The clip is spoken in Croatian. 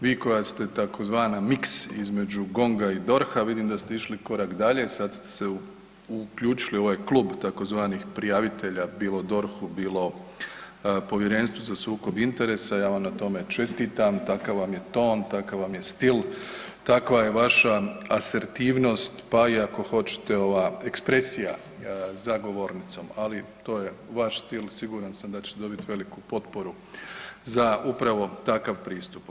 Vi koja je tzv. miks između GONG-a i DORH-a, vidim da ste išli korak dalje, sad ste se uključili u ovaj klub tzv. prijavitelja bilo DORH-u, bilo Povjerenstvu za sukob interesa, ja vam na tome čestitam, takav vam je ton, takav vam je stil, takva je vaša asertivnost pa ako hoćete i ova ekspresija za govornicom ali to je vaš stil, siguran sam da ćete dobiti veliku potporu za upravo takav pristup.